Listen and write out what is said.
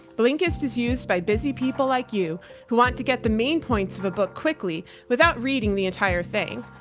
blinkist is used by busy people like you who want to get the main points of a book quickly without reading the entire thing.